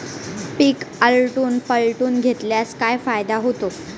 पीक आलटून पालटून घेतल्यास काय फायदा होतो?